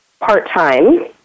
part-time